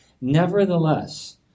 Nevertheless